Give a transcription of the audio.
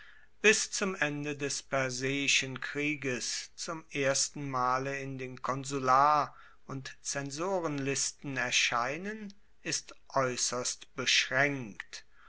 bis zum ende des perseischen krieges zum ersten male in den konsular und zensorenlisten erscheinen ist aeusserst beschraenkt